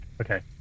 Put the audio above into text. Okay